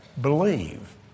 believe